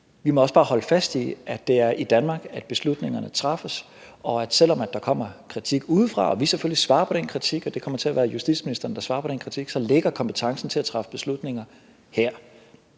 Vi må også bare holde fast i, at det er i Danmark, beslutningerne træffes. Selv om der kommer kritik udefra – og vi svarer selvfølgelig på den kritik, og det kommer til at være justitsministeren, der svarer på den kritik – ligger kompetencen til at træffe beslutninger her.